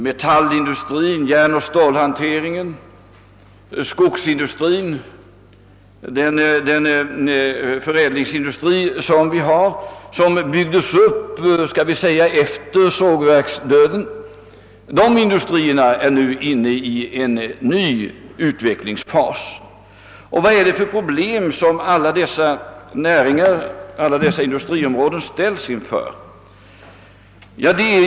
Metallindustrin, järnoch stålhanteringen, skogsindustrin med den nya förädlingsindustri som byggdes upp efter sågverksdöden är nu inne i en ny utvecklingsfas. Och vilka problem ställs alla dess näringar och industriområden inför?